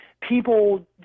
people